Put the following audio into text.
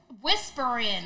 whispering